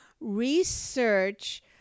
research